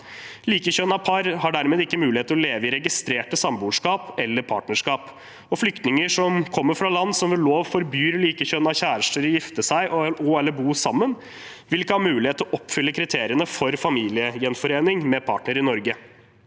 Likekjønnede par har dermed ikke mulighet til å leve i registrerte samboerskap eller partnerskap. Flyktninger som kommer fra land som ved lov forbyr likekjønnede kjærester å gifte seg og/eller bo sammen, vil ikke ha mulighet til å oppfylle kriteriene for familiegjenforening med partner i Norge.